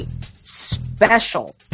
special